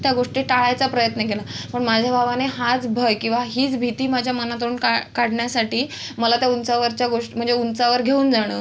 त्या गोष्टी टाळायचा प्रयत्न केला पण माझ्या भावाने हाच भय किंवा हीच भीती माझ्या मनातून का काढण्यासाठी मला त्या उंचावरच्या गोष म्हणजे उंचावर घेऊन जाणं